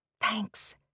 thanks